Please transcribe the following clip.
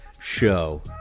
show